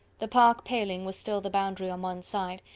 the park paling was still the boundary on one side,